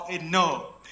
No